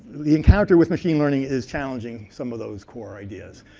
the encounter with machine learning is challenging some of those core ideas.